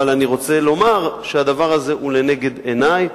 אבל אני רוצה לומר שהדבר הזה הוא לנגד עיני,